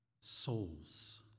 souls